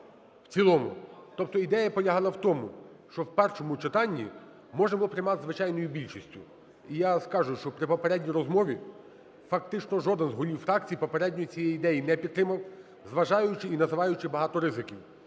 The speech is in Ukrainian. в цілому. Тобто ідея полягала в тому, що в першому читанні можна було приймати звичайною більшістю. І я скажу, що при попередній розмові фактично жоден з голів фракцій попередньо цієї ідеї не підтримав, зважаючи і називаючи багато ризиків.